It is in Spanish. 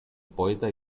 poeta